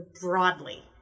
broadly